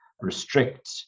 restrict